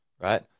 right